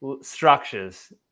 structures